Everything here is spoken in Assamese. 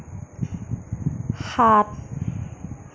সাত